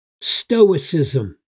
stoicism